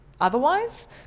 otherwise